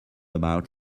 about